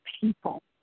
people